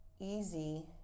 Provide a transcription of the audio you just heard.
easy